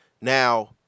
Now